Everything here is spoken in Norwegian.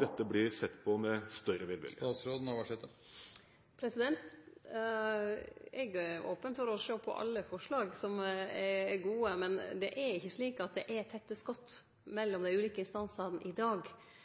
dette blir sett på med større velvilje. Eg er open for å sjå på alle forslag som er gode, men det er ikkje slik at det er tette skott mellom dei ulike instansane i dag.